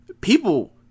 people